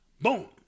boom